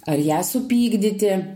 ar ją supykdyti